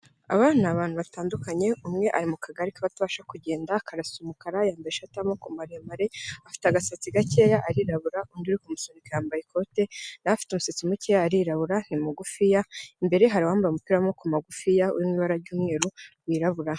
Aba ni abantu batandukanye umwe ari mu kagari k'abatabasha kugenda akarasa umukara yambaye ishati y'amaboko maremare, afite agasatsi gakeya arirabura undi uri kumusunika yambaye ikote nawe afite umusatsi mukeya arirabura ni mugufiya imbere hari uwambaye umupiramo w'amagufi uri mu ibara ry'umweru wirabura.